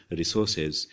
resources